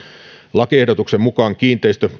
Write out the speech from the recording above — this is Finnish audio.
lakiehdotuksen mukaan kiinteistö